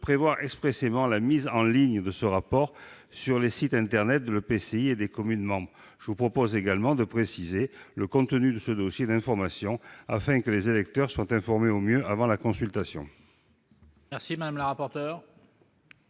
prévoir expressément la mise en ligne de ce rapport sur les sites internet de l'EPCI et des communes membres. Je propose également de préciser le contenu de ce dossier d'information, afin que les électeurs soient informés au mieux avant la consultation.